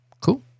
Cool